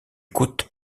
coûte